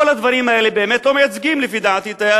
כל הדברים האלה באמת לדעתי לא מייצגים את היהדות,